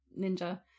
ninja